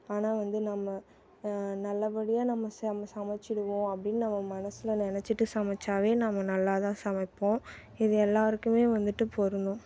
ஆனால் வந்து நம்ம நல்லபடியாக நம்ம சமைச் சமைச்சுடுவோம் அப்படின்னு நம்ம மனசில் நினச்சிட்டு சமைத்தாவே நம்ம நல்லா தான் சமைப்போம் இது எல்லோருக்குமே வந்துட்டு பொருந்தும்